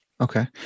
Okay